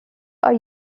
are